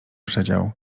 przedział